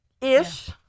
Ish